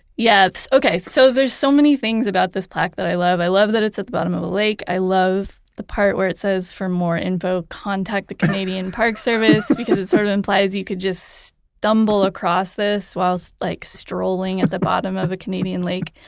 yeah. okay, so there's so many things about this plaque that i love. i love that it's at the bottom of a lake. i love the part where it says for more info contact the canadian park service because it sort of implies you could just stumble across this whilst like strolling at the bottom of a canadian lake.